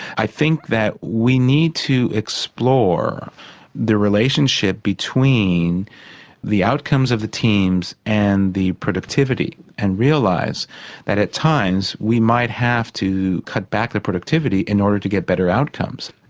i think that we need to explore the relationship between the outcomes of the teams and the productivity and realise that at times we might have to cut back the productivity in order to get better outcomes.